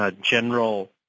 general